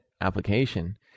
application